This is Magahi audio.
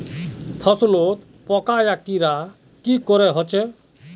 फसलोत पोका या कीड़ा की करे होचे?